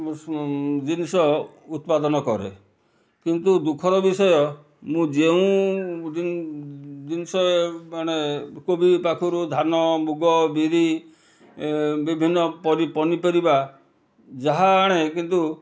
ମୁଁ ସୁ ଜିନିଷ ଉତ୍ପାଦନ କରେ କିନ୍ତୁ ଦୁଃଖର ବିଷୟ ମୁଁ ଯେଉଁ ଜିନିଷ ମାନେ କୋବି ପାଖରୁ ଧାନ ମୁଗ ବିରି ଏ ବିଭନ୍ନ ପନିପରିବା ଯାହା ଆଣେ କିନ୍ତୁ